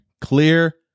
Clear